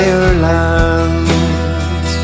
Ireland